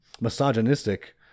misogynistic